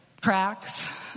tracks